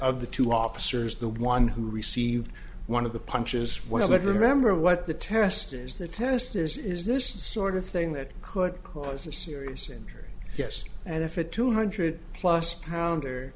of the two officers the one who received one of the punches when i said remember what the testers the test is is this sort of thing that could cause a serious injury yes and if a two hundred plus pounder